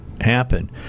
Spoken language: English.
happen